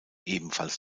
ebenfalls